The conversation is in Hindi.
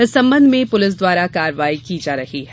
इस संबंध में पुलिस द्वारा कार्यवाही की जा रही है